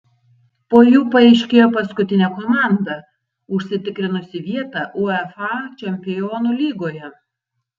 po jų paaiškėjo paskutinė komanda užsitikrinusi vietą uefa čempionų lygoje